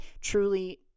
truly